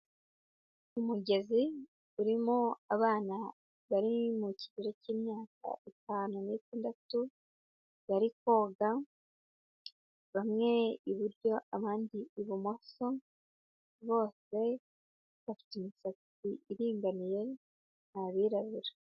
Umugezi urimo abana bari mu kigero cy'imyaka itanu n'itandatu, bari koga, bamwe iburyo abandi ibumoso, bose bafite imisatsi iringaniye ni abirabura.